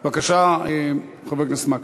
בבקשה, חבר הכנסת מקלב.